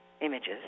images